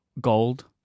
gold